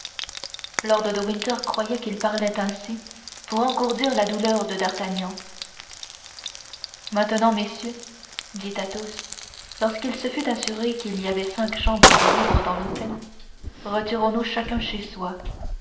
lord de winter croyait qu'il parlait ainsi pour engourdir la douleur de d'artagnan maintenant messieurs dit athos lorsqu'il se fut assuré qu'il y avait cinq chambres de libres dans l'hôtel retirons-nous chacun chez soi